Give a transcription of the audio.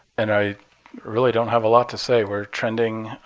and i really don't have a lot to say. we're trending,